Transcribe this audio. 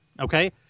Okay